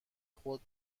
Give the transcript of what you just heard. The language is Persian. خود